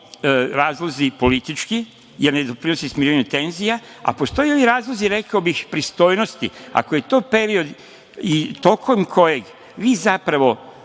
razlozi politički, jer ne doprinose smirivanju tenzija. Postoje i oni razlozi, rekao bih, pristojnosti, ako je to period i tokom kojeg vi zapravo